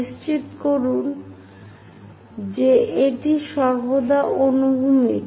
নিশ্চিত করুন যে এটি সর্বদা অনুভূমিক